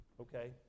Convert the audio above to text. Okay